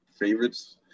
favorites